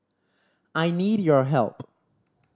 I need your help